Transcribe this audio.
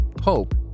Hope